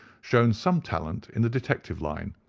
shown some talent in the detective line,